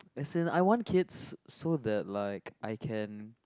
as in I want kids so that like I can